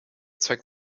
zeigt